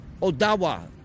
Odawa